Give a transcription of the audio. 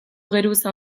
geruza